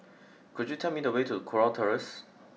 could you tell me the way to Kurau Terrace